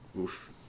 Oof